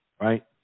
right